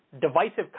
divisive